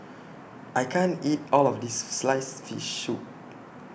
I can't eat All of This Sliced Fish Soup